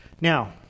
Now